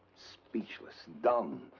speechless, dumb.